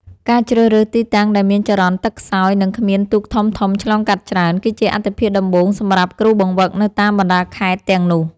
ការជ្រើសរើសទីតាំងដែលមានចរន្តទឹកខ្សោយ និងគ្មានទូកធំៗឆ្លងកាត់ច្រើន គឺជាអាទិភាពដំបូងសម្រាប់គ្រូបង្វឹកនៅតាមបណ្ដាខេត្តទាំងនោះ។